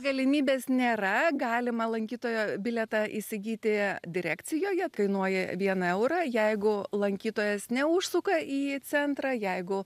galimybės nėra galima lankytojo bilietą įsigyti direkcijoje kainuoja vieną eurą jeigu lankytojas neužsuka į centrą jeigu